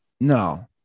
No